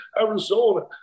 Arizona